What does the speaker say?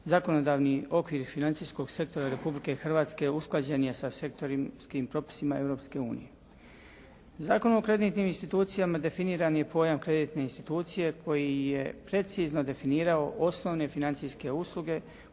zakonodavni okvir financijskog sektora Republike Hrvatske usklađen je sa sektorskim propisima Europske unije. Zakon o kreditnim institucijama definiran je pojam kreditne institucije koji je precizno definirao osnovne financijske usluge